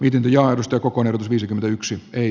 iden johdosta kokonin viisikymmentäyksi eli